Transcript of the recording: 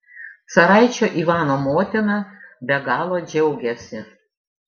caraičio ivano motina be galo džiaugiasi